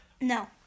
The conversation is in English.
No